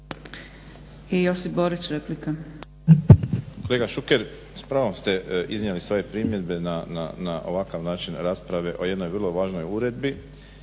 Josip (HDZ)** Kolega Šuker s pravom ste iznijeli svoje primjedbe na ovakav način rasprave o jednoj vrlo važnoj uredbi